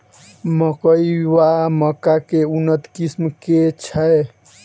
मकई वा मक्का केँ उन्नत किसिम केँ छैय?